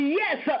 yes